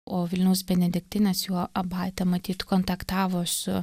o vilniaus benediktinės jų abatė matyt kontaktavo su